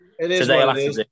today